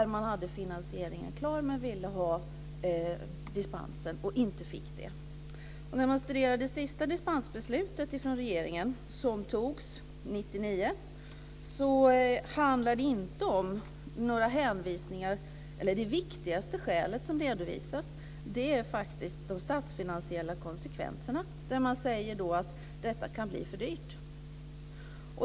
Man hade finansieringen klar men ville ha dispens, något som man inte fick. När det gäller det sista dispensbeslutet från regeringen, vilket togs år 1999, är det viktigaste skälet som redovisas faktiskt de statsfinansiella konsekvenserna. Man säger att detta kan bli för dyrt.